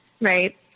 right